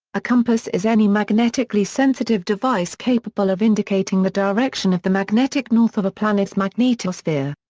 a compass is any magnetically sensitive device capable of indicating the direction of the magnetic north of a planet's magnetosphere.